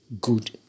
good